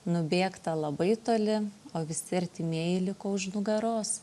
nubėgta labai toli o visi artimieji liko už nugaros